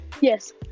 Yes